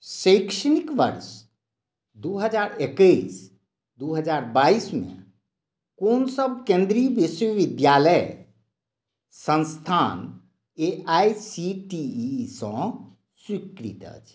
शैक्षणिक वर्ष दू हजार एकैस दू हजार बाइसमे कोनसभ केन्द्रीय विश्वविद्यालय संस्थान A I C T E सँ स्वीकृत अछि